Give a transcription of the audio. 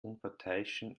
unparteiischen